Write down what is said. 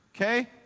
Okay